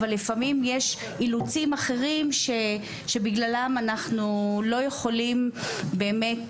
אבל לפעמים יש אילוצים אחרים שבגללם אנחנו לא יכולים באמת